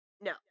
No